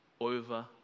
over